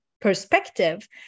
perspective